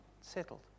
settled